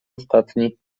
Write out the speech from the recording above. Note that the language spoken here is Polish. ostatni